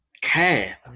care